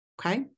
Okay